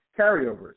carryovers